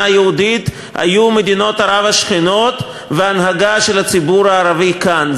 יהודית היו מדינות ערב השכנות וההנהגה של הציבור הערבי כאן,